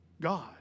God